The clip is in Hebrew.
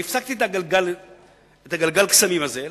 אני הפסקתי את גלגל הקסמים האלה.